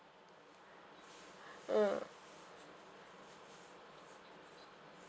mm uh